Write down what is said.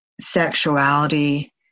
sexuality